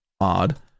odd